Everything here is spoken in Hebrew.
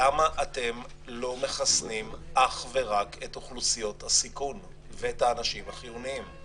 למה אתם לא מחסנים אך ורק את האוכלוסיות בסיכון ואת האנשים החיוניים?